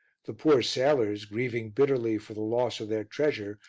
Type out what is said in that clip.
the poor sailors, grieving bitterly for the loss of their treasure,